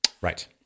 Right